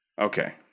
Okay